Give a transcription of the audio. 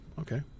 Okay